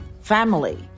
family